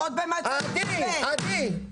עדי.